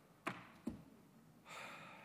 יש לי מסכה, אדוני.